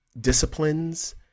disciplines